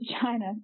China